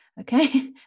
Okay